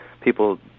people